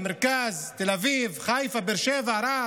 המרכז, תל אביב, חיפה, באר שבע, רהט,